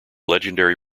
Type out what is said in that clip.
legendary